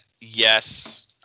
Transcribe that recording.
yes